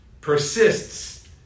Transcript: persists